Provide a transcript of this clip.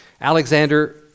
Alexander